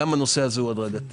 גם הנושא הזה הוא הדרגתי.